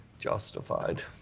Justified